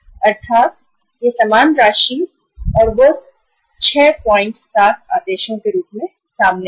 अर्थात् यहाँ समान राशि और वह 670 आदेशों के रूप में सामने आएगी